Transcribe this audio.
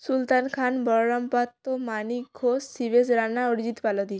Sultan Khan Balaram Patra Manik Ghosh Shibesh Rana Arijit Palodhi